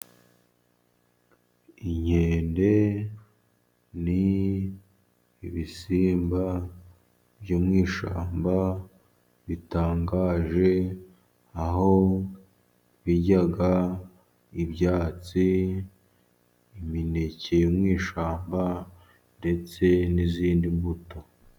Inkende ni ibisimba byo mu ishyamba bitangaje aho birya ibyatsi n'imineke yo mushamba ndetse n'izindi mbuto.